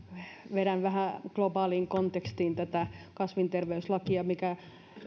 vedän vähän globaaliin kontekstiin tätä kasvinterveyslakia mikä